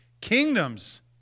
kingdoms